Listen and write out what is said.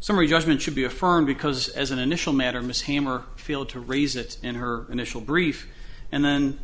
summary judgment should be affirmed because as an initial matter miss hammer feel to raise it in her initial brief and then